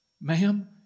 Ma'am